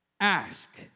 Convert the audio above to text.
Ask